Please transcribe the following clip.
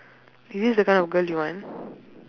is this the kind of girl you want